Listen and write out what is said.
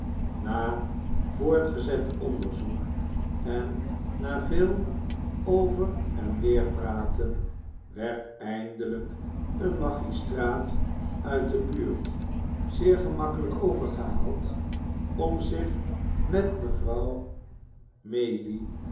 na voortgezet onderzoek en na veel over en weer praten werd eindelijk een magistraat uit de buurt zeer gemakkelijk overgehaald om zich met mevrouw maylie